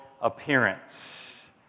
appearance